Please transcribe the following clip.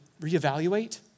reevaluate